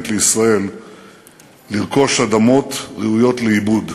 לישראל לרכוש אדמות ראויות לעיבוד.